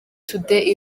today